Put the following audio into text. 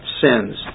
sins